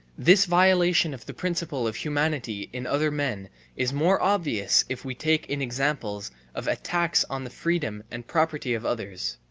this violation of the principle of humanity in other men is more obvious if we take in examples of attacks on the freedom and property of others.